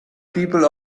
people